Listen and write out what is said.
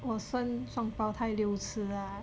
我生双胞胎六尺 ah